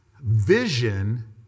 Vision